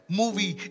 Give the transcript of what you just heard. movie